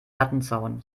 lattenzaun